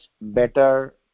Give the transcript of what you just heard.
better